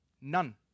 None